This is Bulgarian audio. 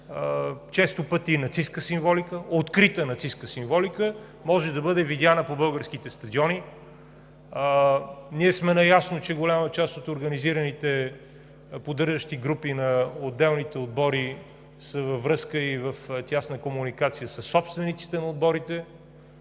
Често пъти и нацистка символика, открита нацистка символика може да бъде видяна по българските стадиони. Ние сме наясно, че голяма част от организираните поддържащи групи на отделните отбори са във връзка и в тясна комуникация със собствениците на отборите.